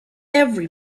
every